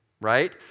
right